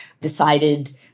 decided